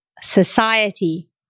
society